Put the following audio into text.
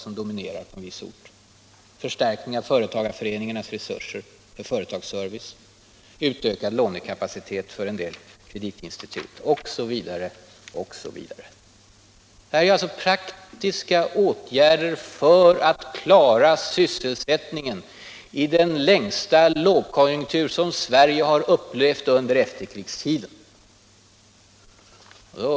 Osv. osv. Här är alltså praktiska åtgärder för att klara sysselsättningen under den långvarigaste lågkonjunktur som Sverige har upplevt under efterkrigstiden.